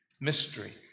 Mystery